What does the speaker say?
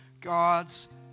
God's